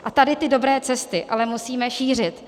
A tady ty dobré cesty ale musíme šířit.